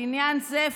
לעניין זה,